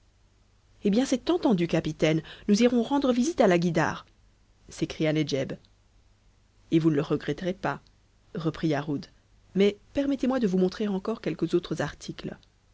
eh bien c'est entendu capitaine nous irons rendre visite a la guïdare s'écria nedjeb et vous ne le regretterez pas reprit yarhud mais permettez-moi de vous montrer encore quelques autres articles